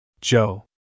Joe